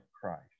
Christ